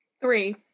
Three